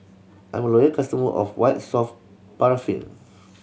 I'm a loyal customer of White Soft Paraffin